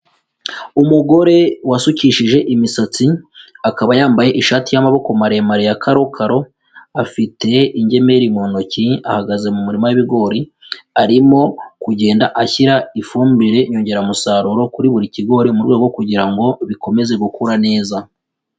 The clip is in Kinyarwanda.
Umugore wasukishije imisatsi, akaba yambaye ishati y'amaboko maremare ya karokaro, afite ingemeri mu ntoki ahagaze mu muri w'ibigori arimo kugenda ashyira ifumbire nyongeramusaruro kuri buri kigori mu rwego kugira ngo bikomeze gukura neza.